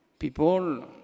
people